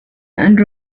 and